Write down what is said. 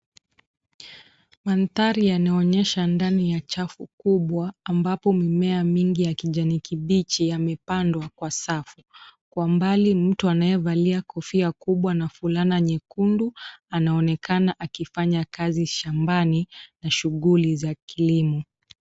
Manthari yanaonyesha ndani ya chafu kubwa ambampo mimea mingi ya kijani kibichi yamepandwa kwa safu. Kwa mbali mtu anayevalia kofia kubwa na fulana nyekundu anaonekana akifanya kazi shambani na shuguli za kilimo.